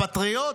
"פטריוט",